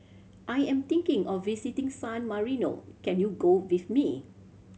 I am thinking of visiting San Marino can you go with me